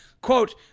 quote